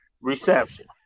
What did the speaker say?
Reception